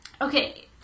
Okay